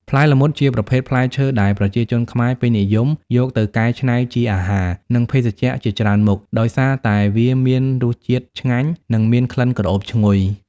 ផ្លែល្មុត ជាប្រភេទផ្លែឈើដែលប្រជាជនខ្មែរពេញនិយមយកទៅកែច្នៃជាអាហារ និងភេសជ្ជៈជាច្រើនមុខ ដោយសារតែវាមានរសជាតិឆ្ងាញ់ និងមានក្លិនក្រអូបឈ្ងុយ។